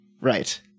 Right